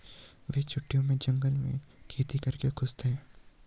वे छुट्टियों में जंगल में खेती करके खुश थे